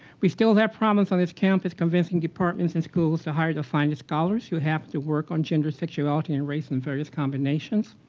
we still have problems on this campus convincing departments and schools to hire to find scholars, who have to work on gender, sexuality, and race in various combinations.